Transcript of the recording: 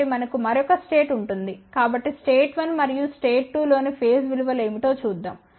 కాబట్టి మనకు మరొక స్టేట్ ఉంటుంది కాబట్టి స్టేట్ 1 మరియు స్టేట్ 2 లోని ఫేజ్ విలువలు ఏమిటో చూద్దాం